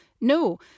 no